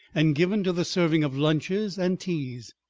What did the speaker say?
and given to the serving of lunches and teas.